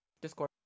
Discord